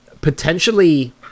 potentially